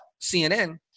CNN